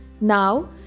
now